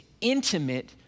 intimate